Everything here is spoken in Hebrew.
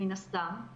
מן הסתם,